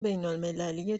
بینالمللی